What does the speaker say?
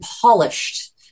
polished